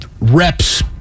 reps